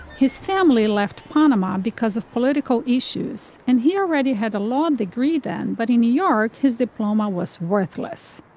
his family left panama because of political issues and he already had a law degree then. but in new york his diploma was worthless.